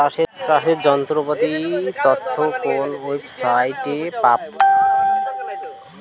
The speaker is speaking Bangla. চাষের যন্ত্রপাতির তথ্য কোন ওয়েবসাইট সাইটে পাব?